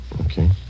Okay